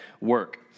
work